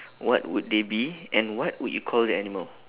what would they be and what would you call the animal